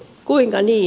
kuinka niin